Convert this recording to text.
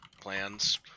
plans